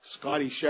Scotty